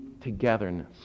togetherness